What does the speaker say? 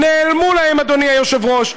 נעלמו להם, אדוני היושב-ראש.